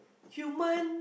human